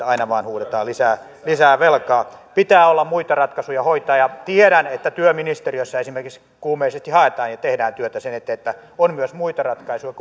aina vain huudetaan lisää lisää velkaa pitää olla muita ratkaisuja hoitaa ja tiedän että työministeriössä esimerkiksi kuumeisesti haetaan ja tehdään työtä sen eteen että on myös muita ratkaisuja